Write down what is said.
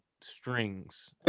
strings